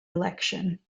election